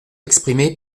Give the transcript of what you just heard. exprimée